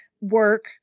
work